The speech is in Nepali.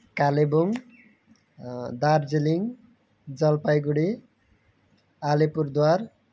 कालेबुङ दार्जिलिङ जलपाइगुडी अलिपुरद्वार